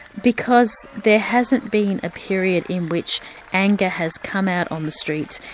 because there hasn't been a period in which anger has come out on the streets,